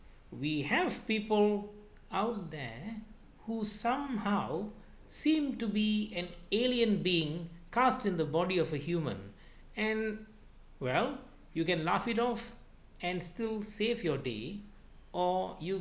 we have people out there who somehow seem to be an alien being cast in the body of a human and well you can laugh it off and still save your day or